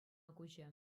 куҫӗ